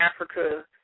Africa